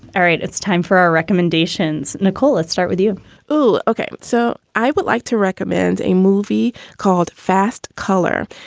all right. it's time for our recommendations. nicole, let's start with you oh, ok. so i would like to recommend a movie called fast color.